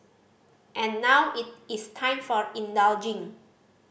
and now it is time for indulging